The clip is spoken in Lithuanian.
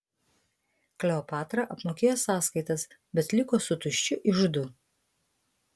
kleopatra apmokėjo sąskaitas bet liko su tuščiu iždu